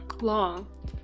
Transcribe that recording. Long